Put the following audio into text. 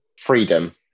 freedom